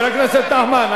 חבר הכנסת נחמן,